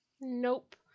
nope